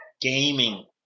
gaming